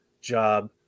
job